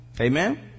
Amen